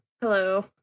Hello